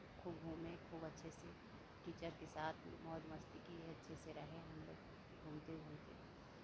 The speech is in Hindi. खूब घूमे खूब अच्छे से टीचर के साथ मौज मस्ती किये अच्छे से रहे हमलोग घूमते घूमते रहे